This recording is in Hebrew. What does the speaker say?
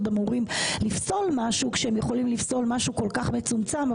אמורים לפסול משהו כשהם יכולים לפסול משהו כל כך מצומצם,